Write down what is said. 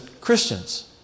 Christians